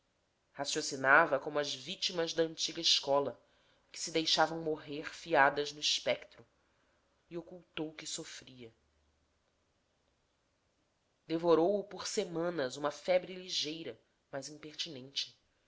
raciocinava como as vitimas da antiga escola que se deixavam morrer fiadas no espectro e ocultou que sofria devorou o por semanas uma febre ligeira mas impertinente